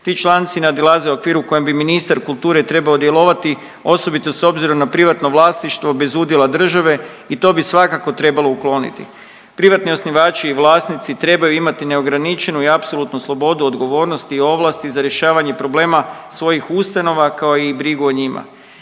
Ti članci nadilaze okvire u kojem bi ministar kulture trebao djelovati osobito s obzirom na privatno vlasništvo bez udjela države i to bi svakako trebalo ukloniti. Privatni osnivači i vlasnici trebaju imati neograničenu i apsolutno slobodu, odgovornosti i ovlasti za rješavanje problema svojih ustanova kao i brigu o njima.